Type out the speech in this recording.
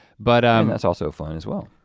but um that's also fun as well.